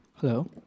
Hello